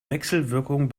wechselwirkung